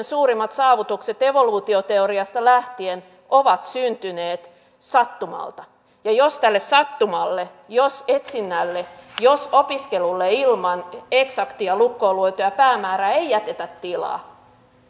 suurimmat saavutukset evoluutioteoriasta lähtien ovat syntyneet sattumalta ja jos tälle sattumalle jos etsinnälle jos opiskelulle ilman eksaktia lukkoon lyötyä päämäärää ei jätetä tilaa